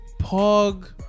POG